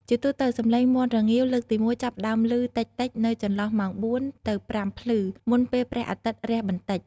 ជាទូទៅ សំឡេងមាន់រងាវលើកទីមួយចាប់ផ្ដើមលឺតិចៗនៅចន្លោះម៉ោង ៤ ទៅ ៥ ភ្លឺ មុនពេលព្រះអាទិត្យរះបន្តិច។